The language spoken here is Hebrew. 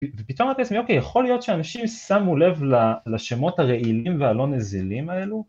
ופתאום אמרתי לעצמי אוקיי יכול להיות שאנשים שמו לב לשמות הרעילים והלא נזילים האלו?